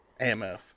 AMF